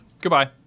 Goodbye